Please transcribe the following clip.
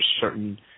certain